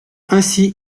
ainsi